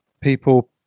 people